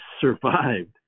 survived